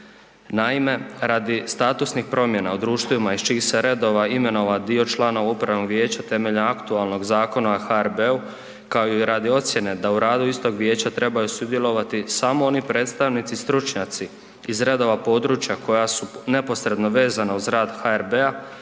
Naime, radi statusnih promjena u društvima iz čijih se redova imenovao dio članova upravnog vijeća temeljem aktualnog Zakona o HRB-u, kao i radi ocijene da u radu istog vijeća trebaju sudjelovati samo oni predstavnici i stručnjaci iz redova područja koja su neposredno vezana uz rad HRB-a,